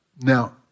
Now